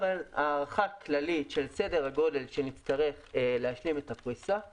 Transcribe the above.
אבל הערכה כללית של סדר הגודל שנצטרך להשלים את הפריסה היא